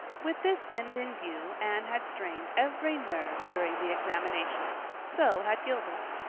with this end in view anne had strained every nerve during the examinations. so had gilbert.